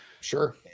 sure